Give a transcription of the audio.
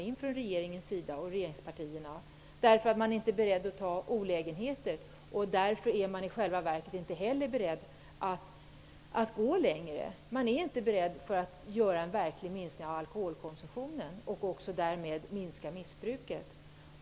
Man är inte beredd att ta de olägenheter som det kan innebära att gå längre för att genomföra en verklig minskning av alkoholkonsumtionen och för att minska missbruket.